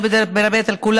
אני לא מדברת על כולם,